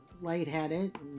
lightheaded